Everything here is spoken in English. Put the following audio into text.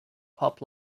pop